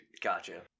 Gotcha